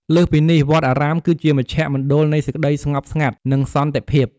ព្រះសង្ឃជាអ្នកដែលរក្សា និងផ្សព្វផ្សាយនូវព្រះធម៌ និងមាគ៌ាផ្សេងៗ។